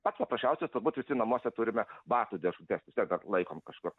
pats paprasčiausias turbūt visi namuose turime batų dėžutes vis tiek dar laikom kažkur